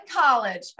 college